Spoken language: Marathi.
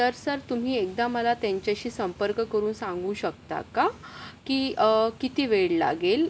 तर सर तुम्ही एकदा मला त्यांच्याशी संपर्क करून सांगू शकता का की किती वेळ लागेल